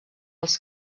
els